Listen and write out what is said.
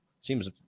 Seems